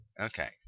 Okay